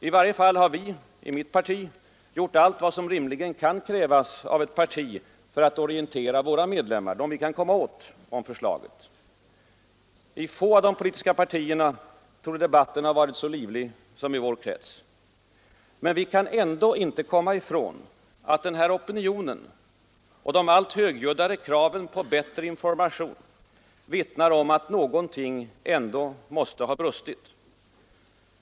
I varje fall har vi moderater gjort allt vad som rimligen kan krävas av ett parti för att orientera våra medlemmar — dem vi kan komma åt — om förslaget. I få av de politiska partierna torde debatten ha varit så livlig som i vår krets. Men vi kan ändå inte komma ifrån att opinionen och de allt högljuddare kraven på bättre information vittnar om att något ändå måste ha brustit.